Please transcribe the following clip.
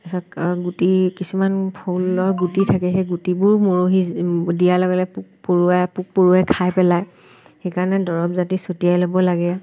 পিছত গুটিকিছুমান ফুলৰ গুটি থাকে সেই গুটিবোৰ মৰহি দিয়া লগে লগে পোক পৰুৱা পোক পৰুৱাই খাই পেলায় সেইকাৰণে দৰৱ জাতি ছটিয়াই ল'ব লাগে